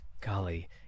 Golly